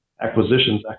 acquisitions